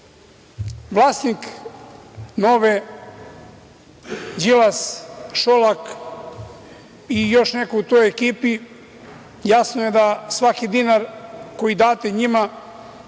Srbije. Vlasnik „Nove“ – Đilas, Šolak i još neko u toj ekipi. Jasno je da svaki dinar koji date njima